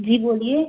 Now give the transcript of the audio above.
जी बोलिए